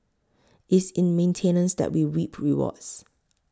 it's in maintenance that we reap rewards